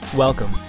Welcome